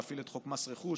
להפעיל את חוק מס רכוש,